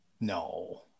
No